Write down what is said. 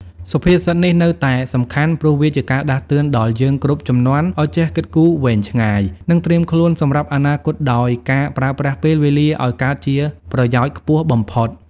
សុភាសិតនេះនៅតែសំខាន់ ព្រោះវាជាការដាស់តឿនដល់យើងគ្រប់ជំនាន់ឱ្យចេះគិតគូរវែងឆ្ងាយ និងត្រៀមខ្លួនសម្រាប់អនាគតដោយការប្រើប្រាស់ពេលវេលាឱ្យកើតជាប្រយោជន៍ខ្ពស់បំផុត ។